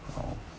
oh